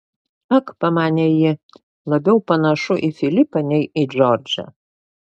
ak pamanė ji labiau panašu į filipą nei į džordžą